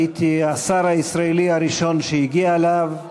הייתי השר הישראלי הראשון שהגיע אליו.